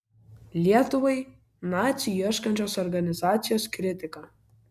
lietuvai nacių ieškančios organizacijos kritika